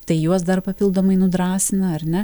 tai juos dar papildomai nudrąsina ar ne